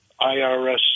IRS